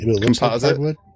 Composite